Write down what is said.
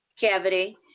cavity